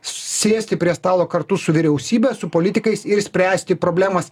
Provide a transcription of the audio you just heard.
sėsti prie stalo kartu su vyriausybe su politikais ir spręsti problemas